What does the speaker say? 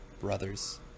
brothers